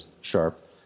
Sharp